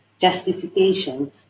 justification